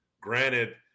Granted